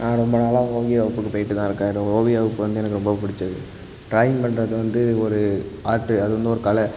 நான் ரொம்ப நாளாக ஓவிய வகுப்புக்கு போய்ட்டு தான் இருக்கேன் இந்த ஓவிய வகுப்பு வந்து எனக்கு ரொம்ப பிடிச்சது ட்ராயிங் பண்ணுறது வந்து ஒரு ஆர்ட் அது வந்து ஒரு கலை